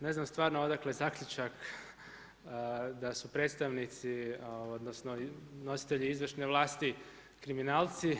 Ne znam stvarno odakle zaključak da su predstavnici odnosno nositelji izvršne vlasti kriminalci.